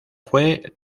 fue